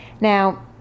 Now